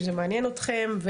אם זה מעניין אתכם,